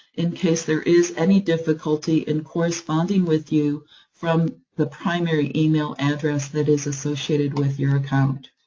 in case there is any difficulty in corresponding with you from the primary email address that is associated with your account.